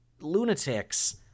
lunatics